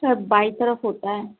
sir बाईं तरफ होता है